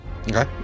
okay